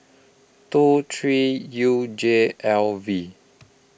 two three U J L V